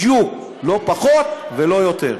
בדיוק, לא פחות ולא יותר.